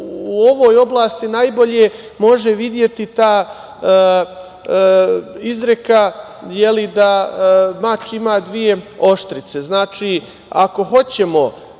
u ovoj oblasti najbolje može videti ta izreka da mač ima dve oštrice. Znači, ako hoćemo